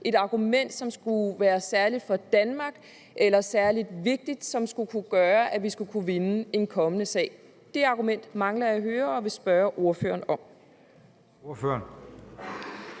det argument, som skulle være særligt for Danmark eller særlig vigtigt, og som skulle kunne gøre, at vi skulle kunne vinde en kommende sag. Det argument mangler jeg at høre og vil spørge ordføreren om.